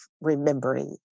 remembering